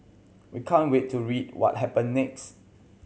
we can't wait to read what happen next